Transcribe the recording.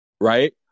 Right